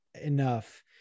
enough